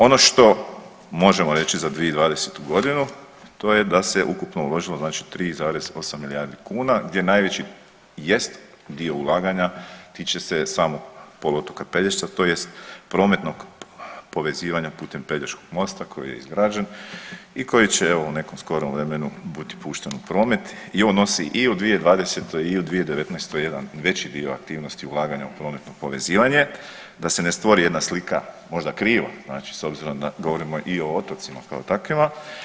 Ono što možemo reći za 2020. godinu to je da se ukupno uložilo, znači 3,8 milijardi kuna gdje najveći jest dio ulaganja tiče se samog poluotoka Pelješca tj. prometnog povezivanja putem Pelješkog mosta koji je izgrađen i koji će evo u nekom skorom vremenu biti pušten u promet i on nosi i u 2020. i u 2019. jedan veći dio aktivnosti ulaganja u prometno povezivanje, da se ne stvori jedna slika, možda kriva, znači s obzirom na, govorimo i o otocima kao takvima.